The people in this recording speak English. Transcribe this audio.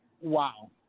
Wow